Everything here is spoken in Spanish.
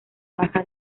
baja